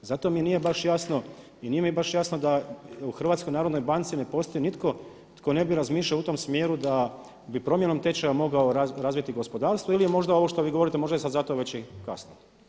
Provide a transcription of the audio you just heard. Zato mi nije baš jasno i nije mi baš jasno da u HNB-u ne postoji nitko tko ne bi razmišljao u tom smjeru da bi promjenom tečaja mogao razviti gospodarstvo ili je možda ovo što vi govorite, možda je sad zato veći i kasno.